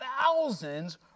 thousands